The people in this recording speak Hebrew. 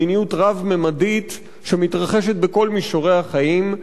מדיניות רב-ממדית שמתרחשת בכל מישורי החיים.